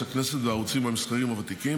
והערוצים המסחריים הוותיקים,